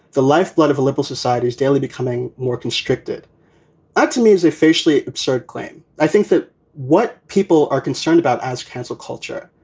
the lifeblood of a liberal society is daily becoming more constricted ah to music, facially absurd claim. i think that what people are concerned about as council culture,